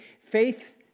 faith